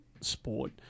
sport